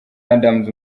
adams